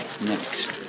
next